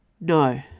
No